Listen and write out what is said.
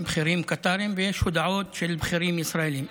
בכירים קטרים, ויש הודעות של בכירים ישראלים.